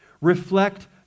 reflect